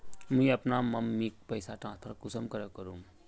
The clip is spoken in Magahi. मुई अपना मम्मीक पैसा ट्रांसफर कुंसम करे करूम?